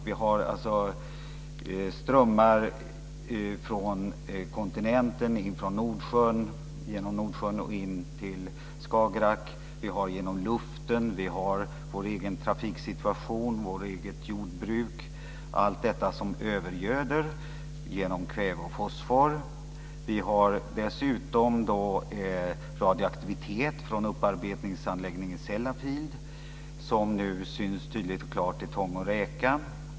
Vi har strömmar från kontinenten, från Nordsjön, genom Nordsjön in till Skagerrak och genom luften. Vi har vår egen trafiksituation och vårt eget jordbruk, allt detta som övergöder genom kväve och fosfor. Vi har dessutom radioaktivitet från upparbetningsanläggningen i Sellafield som nu syns tydligt och klart i tång och räka.